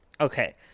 Okay